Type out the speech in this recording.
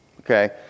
okay